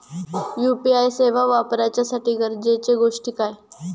UPI सेवा वापराच्यासाठी गरजेचे गोष्टी काय?